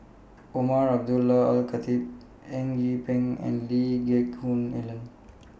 Umar Abdullah Al Khatib Eng Yee Peng and Lee Geck Hoon Ellen